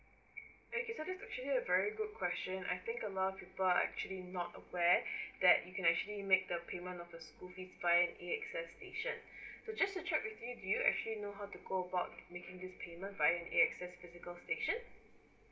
okay so this is actually very good question I think amount people are actually not aware that you can actually make the payment of the school fee via A_X_S station so just to check with you do you actually know how to go about making this payment via an A_X_S physical station